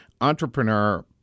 entrepreneur